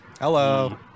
Hello